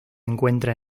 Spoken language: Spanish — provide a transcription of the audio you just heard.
encuentra